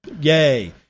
Yay